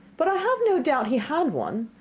but i have no doubt he had one.